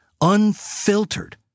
unfiltered